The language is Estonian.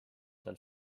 seal